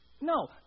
No